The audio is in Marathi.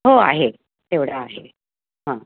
हो आहे तेवढं आहे हां